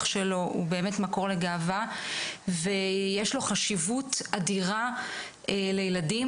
שלו הוא באמת מקור לגאווה ויש לו חשיבות אדירה לילדים,